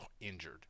injured